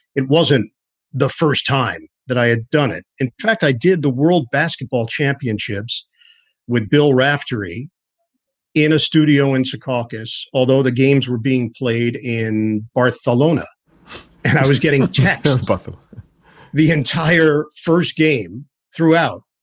it wasn't the first time that i had done it. in fact, i did the world basketball championships with bill raftery in a studio in secaucus. although the games were being played in barcelona and i was getting a check of both of the entire first game throughout.